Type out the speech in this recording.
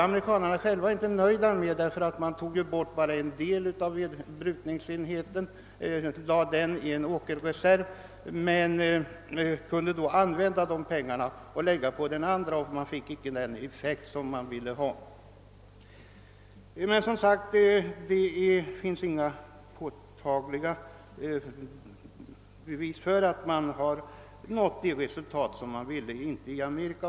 Amerikanerna själva var inte nöjda med det, eftersom man bara tog bort en del av brukningsenheten och lade den i en åkerreserv, varvid man kunde använda pengarna för den andra delen. Effekten blev därigenom inte den önskvärda. Det finns alltså inga påtagliga bevis för att man i USA har nått de resultat som man ville ha.